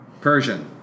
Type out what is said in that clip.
Persian